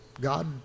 God